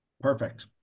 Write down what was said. Perfect